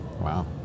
Wow